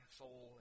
soul